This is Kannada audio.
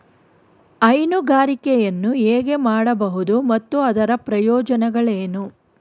ಹೈನುಗಾರಿಕೆಯನ್ನು ಹೇಗೆ ಮಾಡಬಹುದು ಮತ್ತು ಅದರ ಪ್ರಯೋಜನಗಳೇನು?